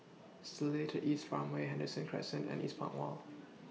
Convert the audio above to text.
Seletar East Farmway Henderson Crescent and Eastpoint Mall